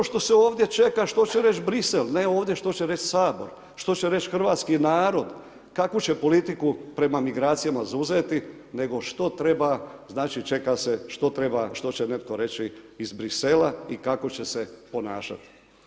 Pa zato što se ovdje čeka što će doći Bruxelles, ne ovdje što će reći Sabor, što će reći hrvatski narod, kakvu će politiku prema migracijama zauzeti, nego što treba znači, čeka se što treba, što će netko reći iz Bruxellesa i kako će se ponašati.